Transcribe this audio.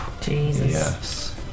Jesus